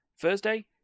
Thursday